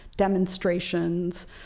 demonstrations